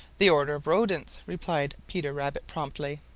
the order of rodents, replied peter rabbit promptly.